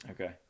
okay